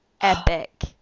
epic